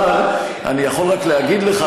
אבל אני יכול רק להגיד לך,